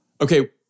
Okay